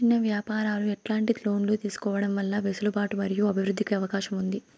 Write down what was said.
చిన్న వ్యాపారాలు ఎట్లాంటి లోన్లు తీసుకోవడం వల్ల వెసులుబాటు మరియు అభివృద్ధి కి అవకాశం ఉంది?